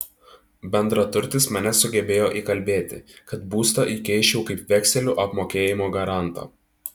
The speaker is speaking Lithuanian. bendraturtis mane sugebėjo įkalbėti kad būstą įkeisčiau kaip vekselių apmokėjimo garantą